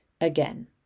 again